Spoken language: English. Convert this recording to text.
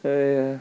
!aiya!